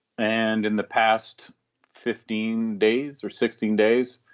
and in the past fifteen days or sixteen days,